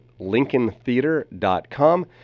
lincolntheater.com